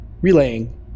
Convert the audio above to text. Relaying